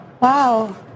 Wow